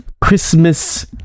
christmas